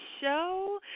show